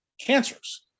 cancers